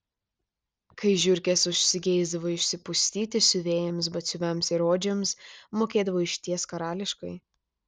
kai žiurkės užsigeisdavo išsipustyti siuvėjams batsiuviams ir odžiams mokėdavo išties karališkai